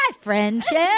Friendship